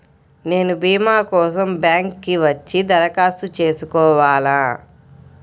నేను భీమా కోసం బ్యాంక్కి వచ్చి దరఖాస్తు చేసుకోవాలా?